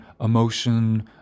emotion